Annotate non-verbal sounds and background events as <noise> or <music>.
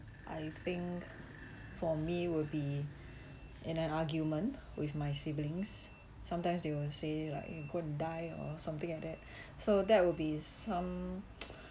I think for me will be in an argument with my siblings sometimes they will say like you go and die or something like that so that will be some <noise>